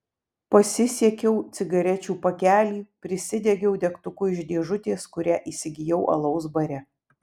pasisiekiau cigarečių pakelį prisidegiau degtuku iš dėžutės kurią įsigijau alaus bare